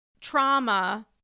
trauma